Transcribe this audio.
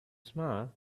smile